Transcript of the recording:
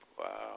Wow